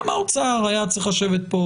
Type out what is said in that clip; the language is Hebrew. גם האוצר היה צריך לשבת כאן.